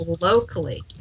locally